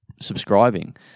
subscribing –